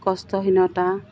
কষ্টহীনতা